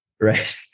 right